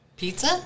Pizza